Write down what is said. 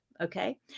Okay